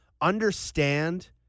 understand